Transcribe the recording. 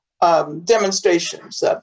demonstrations